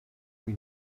fwy